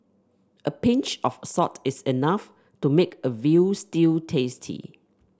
a pinch of salt is enough to make a veal stew tasty